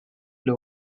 low